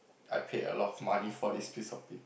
I paid a lot of money for this piece of pa~